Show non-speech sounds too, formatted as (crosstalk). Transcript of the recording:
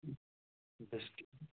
(unintelligible)